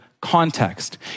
context